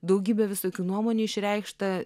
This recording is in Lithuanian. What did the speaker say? daugybė visokių nuomonių išreikšta